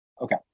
okay